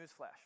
Newsflash